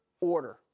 order